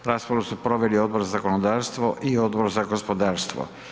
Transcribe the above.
Raspravu su proveli Odbor za zakonodavstvo i Odbor za gospodarstvo.